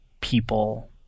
people